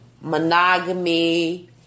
monogamy